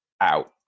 out